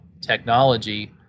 technology